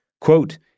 Quote